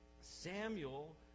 Samuel